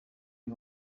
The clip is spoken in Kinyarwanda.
uyu